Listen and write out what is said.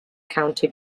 county